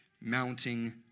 mounting